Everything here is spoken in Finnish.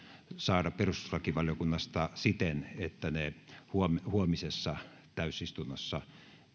saada perustuslakivaliokunnasta siten että ne täällä huomisessa täysistunnossa